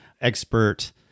expert